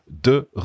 de